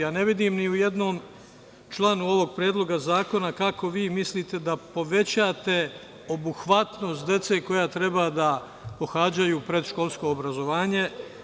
Ja ne vidim ni u jednom članu ovog predloga zakona kako vi mislite da povećate obuhvatnost dece koja treba da pohađaju predškolsko obrazovanje.